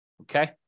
Okay